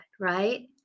right